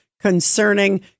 concerning